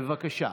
בבקשה.